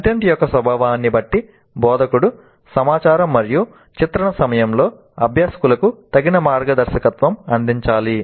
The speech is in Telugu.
కంటెంట్ యొక్క స్వభావాన్ని బట్టి బోధకుడు సమాచారం మరియు చిత్రణ సమయంలో అభ్యాసకులకు తగిన మార్గదర్శకత్వం అందించాలి